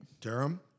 Durham